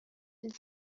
and